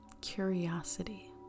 curiosity